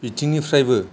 बिथिंनिफ्रायबो